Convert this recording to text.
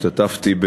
השתתפתי,